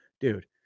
Dude